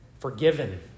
Forgiven